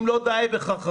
אם לא די בכך,